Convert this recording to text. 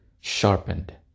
sharpened